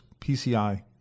PCI